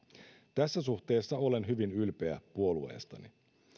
tässä suhteessa olen hyvin ylpeä puolueestani